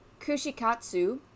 Kushikatsu